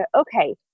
okay